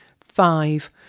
Five